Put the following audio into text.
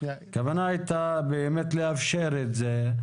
הכוונה באמת לאפשר את זה.